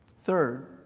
Third